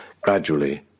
Gradually